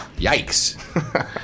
yikes